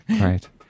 Right